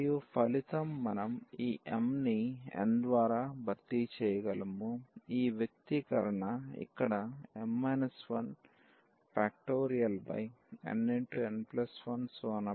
మరియు ఫలితం మనం ఈ m ని nద్వారా భర్తీ చేయగలము ఈ వ్యక్తీకరణను ఇక్కడ m 1